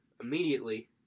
immediately